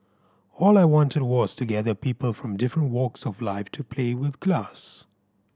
all I wanted was to gather people from different walks of life to play with glass